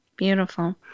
Beautiful